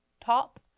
top